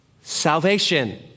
Salvation